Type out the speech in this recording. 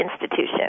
institution